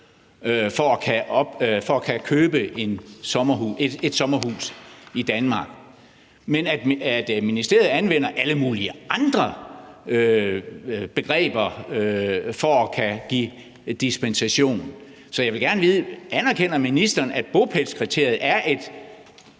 for at kunne købe et sommerhus i Danmark, men at ministeriet anvender alle mulige andre begreber for at kunne give dispensation? Så jeg vil gerne vide: Anerkender ministeren, at bopælskriteriet er det